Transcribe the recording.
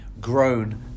grown